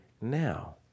now